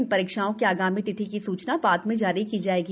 इन रीक्षाओं की आगामी तिथि की सूचना बाद में जारी की जायेगी